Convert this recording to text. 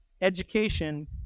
education